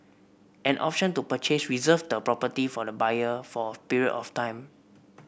an option to purchase reserves the property for the buyer for a period of time